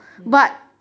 mm